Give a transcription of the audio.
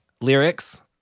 lyrics